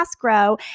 grow